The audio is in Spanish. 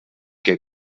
que